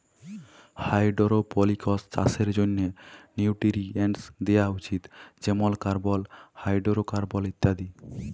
hydroponics চাষের জ্যনহে nutrients দিয়া উচিত যেমল কার্বল, হাইডোরোকার্বল ইত্যাদি